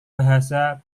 bahasa